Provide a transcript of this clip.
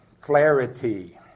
Clarity